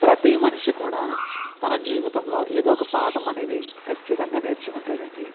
ప్రతి మనిషి కూడా తన జీవితంలో ఏదో ఒక పాఠం అనేది ఖచ్చితంగా నేర్చుకుంటాడు అండి